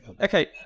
Okay